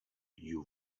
you